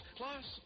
plus